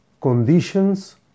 conditions